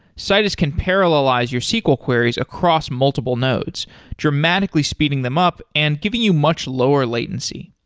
citus can parallelize your sql queries across multiple nodes dramatically speeding them up and giving you much lower latency.